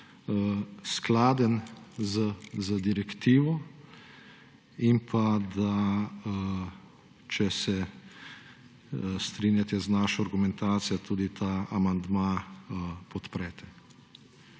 skladen z direktivo in če se strinjate z našo argumentacijo, da tudi ta amandma podprete.